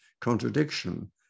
contradiction